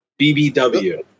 BBW